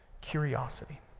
curiosity